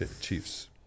Chiefs